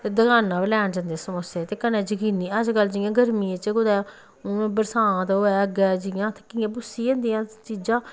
ते दकाना पर लैन जंदे समोसे ते कनै जकीनी अजकल जियां ग्रमियें च कुतै बरसांत होऐ अग्गें जि'यां कि'यां बुस्सी दियां होंदियां चीजां